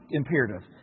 imperative